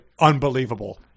unbelievable